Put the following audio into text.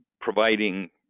providing